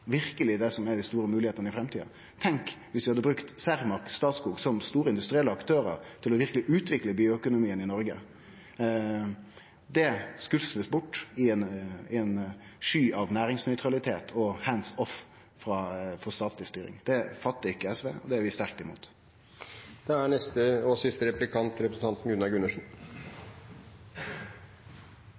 det som verkeleg er dei store moglegheitene i framtida. Tenk, dersom vi hadde brukt Cermaq og Statskog som store industrielle aktørar til verkeleg å utvikle bioøkonomien i Noreg. Det blir skusla bort i ei sky av næringsnøytralitet og «hands off» frå statleg styring. Det fattar ikkje SV – det er vi sterkt imot.